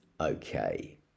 Okay